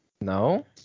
No